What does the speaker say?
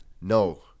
No